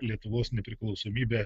lietuvos nepriklausomybę